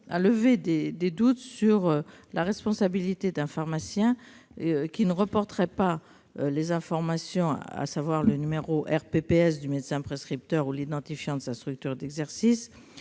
à lever les doutes sur la responsabilité d'un pharmacien qui ne reporterait pas le numéro RPPS du médecin prescripteur ou l'identifiant de sa structure d'exercice